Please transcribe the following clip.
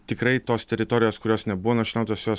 tikrai tos teritorijos kurios nebuvo nušienautos jos